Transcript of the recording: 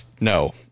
No